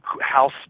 house